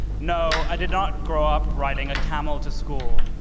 no, i did not grow up riding a camel to school.